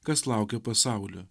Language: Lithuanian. kas laukia pasaulio